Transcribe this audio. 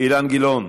אילן גילאון?